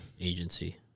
agency